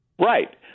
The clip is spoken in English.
Right